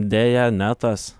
deja ne tas